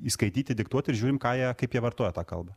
įskaityti diktuoti ir žiūrim ką jie kaip jie vartoja tą kalbą